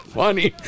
funny